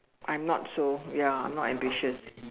I'm not so ya I'm not ambitious